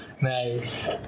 Nice